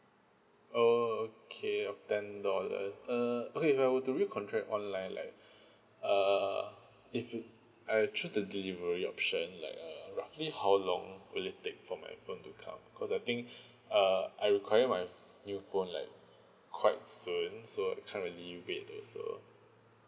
oh okay of ten dollars uh okay if I were to recontract online like uh if you I'll choose the delivery option like uh roughly how long will it take for my phone to come because I think uh I require my new phone like quite soon so I can't really wait also